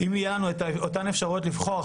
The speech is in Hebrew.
אם יהיו לנו אותן אפשרויות לבחור,